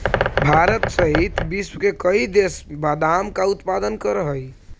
भारत सहित विश्व के कई देश बादाम का उत्पादन करअ हई